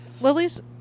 Lily's